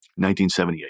1978